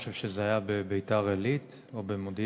אני חושב שזה היה בביתר-עילית או במודיעין-עילית,